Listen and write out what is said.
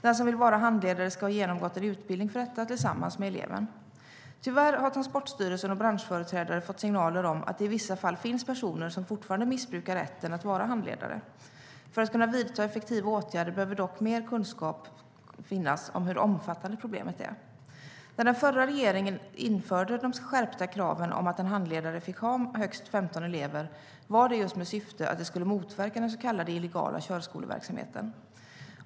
Den som vill vara handledare ska ha genomgått en utbildning för detta tillsammans med eleven. När den förra regeringen införde det skärpta kravet att en handledare fick ha högst 15 elever var det med syfte att det skulle motverka den så kallade "illegala körskoleverksamheten".